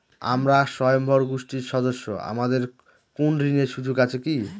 আমরা স্বয়ম্ভর গোষ্ঠীর সদস্য আমাদের কোন ঋণের সুযোগ আছে কি?